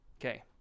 Okay